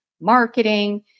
marketing